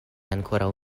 ankoraŭ